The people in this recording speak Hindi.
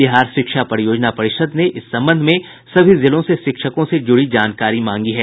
बिहार शिक्षा परियोजना परिषद ने इस संबंध में सभी जिलों से शिक्षकों से जुड़ी जानकारी मांगी है